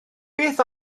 beth